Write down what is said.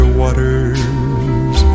waters